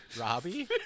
Robbie